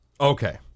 Okay